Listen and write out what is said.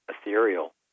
ethereal